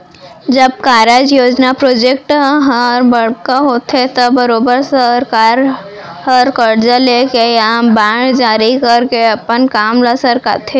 जब कारज, योजना प्रोजेक्ट हर बड़का होथे त बरोबर सरकार हर करजा लेके या बांड जारी करके अपन काम ल सरकाथे